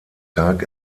tag